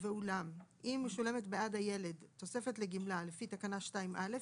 "ואולם אם משולמת בעד הילד תוספת לגמלה לפי תקנה 2א,